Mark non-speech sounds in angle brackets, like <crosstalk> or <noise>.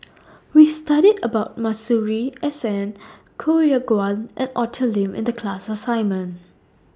<noise> We studied about Masuri S N Koh Yong Guan and Arthur Lim in The class assignment